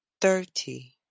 thirty